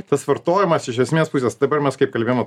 tas vartojimas iš esmės pusės dabar mes kaip kalbėjom